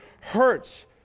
hurts